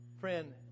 friend